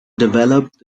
developed